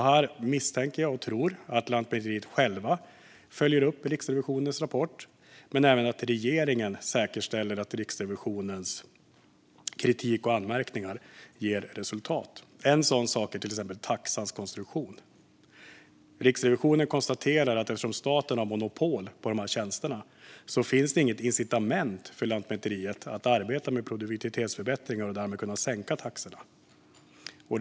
Här misstänker och tror jag att Lantmäteriet själva följer upp Riksrevisionens rapport men även att regeringen säkerställer att Riksrevisionens kritik och anmärkningar ger resultat. En sådan sak är taxans konstruktion. Riksrevisionen konstaterar att eftersom staten har monopol på dessa tjänster finns det inte något incitament för Lantmäteriet att arbeta med produktivitetsförbättringar för att därmed kunna sänka taxorna.